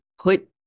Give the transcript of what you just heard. put